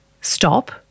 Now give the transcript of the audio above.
stop